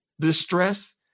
distress